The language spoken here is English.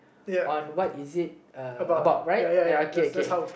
on what is it about right ya okay okay